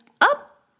up